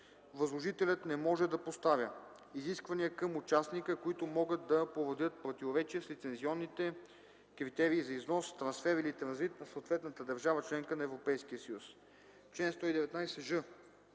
Възложителят не може да поставя изисквания към участника, които могат да породят противоречие с лицензионните критерии за износ, трансфер или транзит на съответната държава –членка на Европейския съюз. Чл. 119ж.